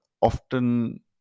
often